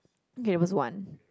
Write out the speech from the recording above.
Gabriel's one